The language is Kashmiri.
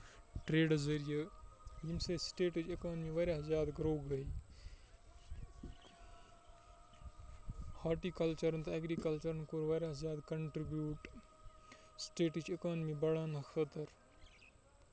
ٹریڈٕ ذٔریعہِ ییٚمہِ سۭتۍ سِٹیتٕچ اِکانمی واریاہ زیادٕ گروو گٔیٚے ہاٹیکلچرن تہٕ ایٚگرکلچُرن کوٚر واریاہ زیادٕ کَنٹریٚبیوٗٹ سِٹیٹٕچ اِکانمی بَڑاونہٕ خٲطرٕ